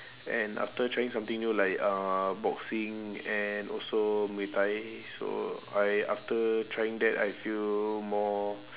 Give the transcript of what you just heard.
and after trying something new like uh boxing and also muay thai so I after trying that I feel more